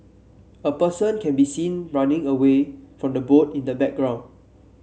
a person can be seen running away from the boat in the background